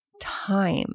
Time